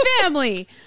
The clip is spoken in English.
family